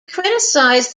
criticized